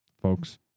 folks